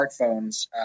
smartphones